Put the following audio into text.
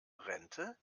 rente